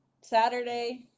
Saturday